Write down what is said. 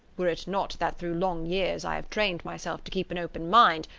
were it not that through long years i have train myself to keep an open mind,